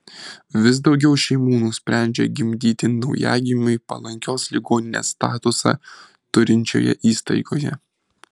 vis daugiau šeimų nusprendžia gimdyti naujagimiui palankios ligoninės statusą turinčioje įstaigoje